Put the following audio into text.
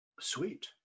sweet